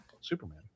Superman